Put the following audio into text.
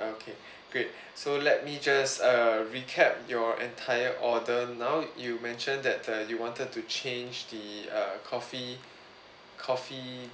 okay great so let me just uh recap your entire order now you mentioned that uh you wanted to change the uh coffee coffee